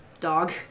dog